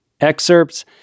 excerpts